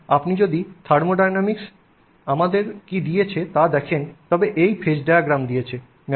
এখন আপনি যদি থার্মোডাইনামিক্স আমাদের কী দিয়েছে তা দেখেন তবে এই ফেজ ডায়াগ্রাম দিয়েছে